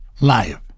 live